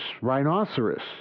rhinoceros